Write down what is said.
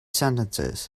sentences